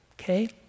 Okay